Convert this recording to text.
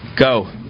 Go